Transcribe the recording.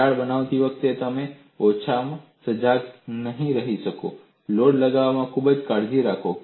તિરાડ બનાવતી વખતે તમે ઓછા સજાગ ન રહી શકો અને લોડ લગાવવામાં ખૂબ કાળજી રાખો